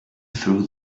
through